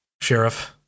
Sheriff